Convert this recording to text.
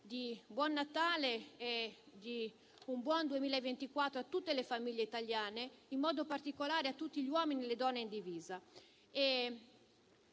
di buon Natale e di un buon 2024 a tutte le famiglie italiane, in modo particolare a tutti gli uomini e alle donne in divisa.